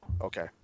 Okay